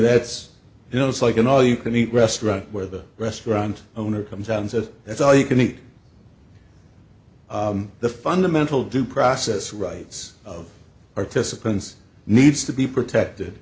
that's you know it's like an all you can eat restaurant where the restaurant owner comes out and says that's all you can eat the fundamental due process rights of participants needs to be protected